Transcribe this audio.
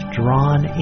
drawn